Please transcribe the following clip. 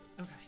Okay